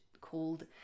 called